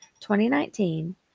2019